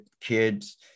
kids